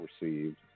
received